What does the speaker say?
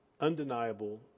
undeniable